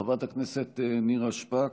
חברת הכנסת נירה שפק,